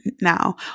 now